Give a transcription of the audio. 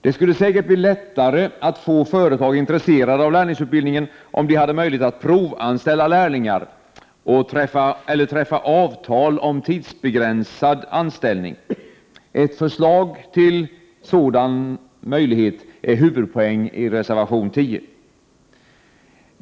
Det skulle säkert bli lättare att få företag intresserade av lärlingsutbildningen om de hade möjlighet att provanställa lärlingar eller träffa avtal om tidsbegränsad anställning. Ett förslag till sådana möjligheter är huvudpoängen i reservation 10.